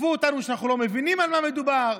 תקפו אותנו שאנחנו לא מבינים על מה מדובר,